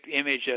image